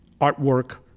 artwork